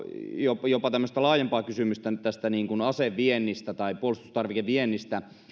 jopa jopa tämmöistä laajempaa kysymystä tästä aseviennistä tai puolustustarvikeviennistä